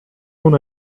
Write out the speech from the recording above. own